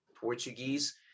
Portuguese